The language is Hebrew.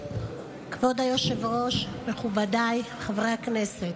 כבוד היושב-ראש, מכובדיי חברי הכנסת,